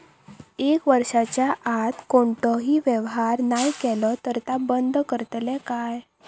एक वर्षाच्या आत कोणतोही व्यवहार नाय केलो तर ता बंद करतले काय?